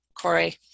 Corey